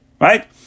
Right